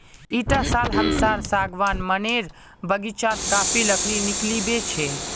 इटा साल हमसार सागवान मनेर बगीचात काफी लकड़ी निकलिबे छे